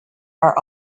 are